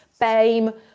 BAME